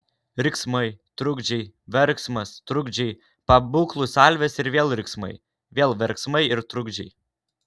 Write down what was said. riksmai trukdžiai verksmas trukdžiai pabūklų salvės ir vėl riksmai vėl verksmai ir trukdžiai